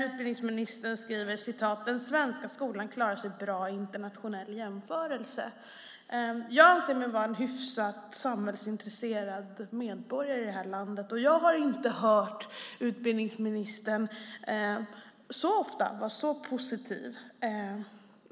Utbildningsministern skriver att "den svenska skolan - klarar sig bra i en internationell jämförelse". Jag anser mig vara en hyfsat samhällsintresserad medborgare i det här landet, och jag har inte så ofta hört utbildningsministern vara positiv.